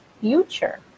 future